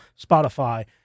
Spotify